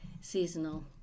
seasonal